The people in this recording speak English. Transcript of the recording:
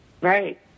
Right